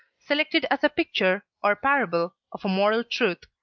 selected as a picture or parable of a moral truth.